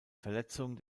verletzung